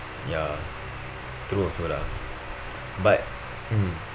ya true also lah but mm